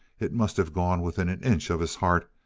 it must have gone within an inch of his heart,